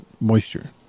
moisture